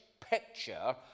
picture